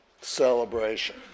celebration